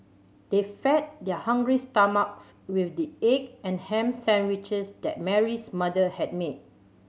they fed their hungry stomachs with the egg and ham sandwiches that Mary's mother had made